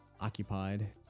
occupied